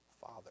Father